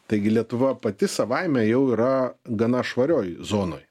taigi lietuva pati savaime jau yra gana švarioj zonoj